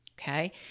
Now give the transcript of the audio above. okay